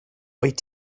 wyt